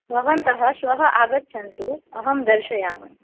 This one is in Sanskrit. भवन्तः श्वः आगच्छन्तु अहं दर्शयामि